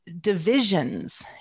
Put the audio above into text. divisions